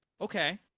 Okay